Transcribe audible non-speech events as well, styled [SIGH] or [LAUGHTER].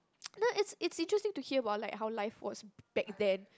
[NOISE] no it's it's interesting to hear about like how life was back then